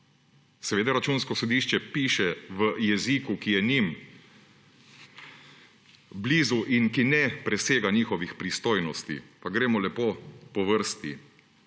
Seveda Računsko sodišče piše v jeziku, ki je njim blizu in ki ne presega njihovih pristojnosti. Pa gremo lepo po vrsti